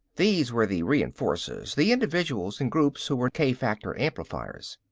these were the reinforcers, the individuals and groups who were k-factor amplifiers.